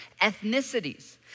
ethnicities